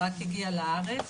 היא רק הגיעה לארץ